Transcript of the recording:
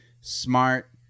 Smart